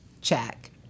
check